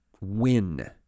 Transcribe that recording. win